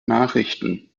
nachrichten